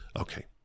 Okay